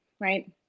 right